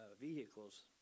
vehicles